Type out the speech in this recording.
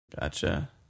Gotcha